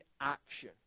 action